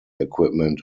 equipment